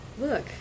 look